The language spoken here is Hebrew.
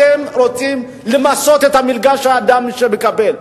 אתם רוצים למסות את המלגה שהאדם מקבל.